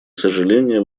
сожаление